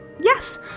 Yes